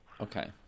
Okay